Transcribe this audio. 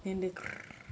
and the